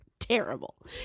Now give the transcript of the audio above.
terrible